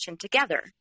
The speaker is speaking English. together